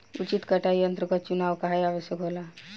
उचित कटाई यंत्र क चुनाव काहें आवश्यक होला?